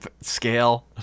scale